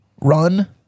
Run